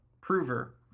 Prover